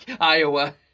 Iowa